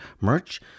merch